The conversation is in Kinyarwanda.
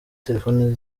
telefoni